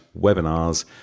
webinars